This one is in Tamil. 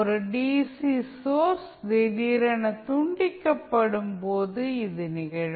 ஒரு டிசி சோர்ஸ் திடீரென துண்டிக்கப்படும் போது இது நிகழும்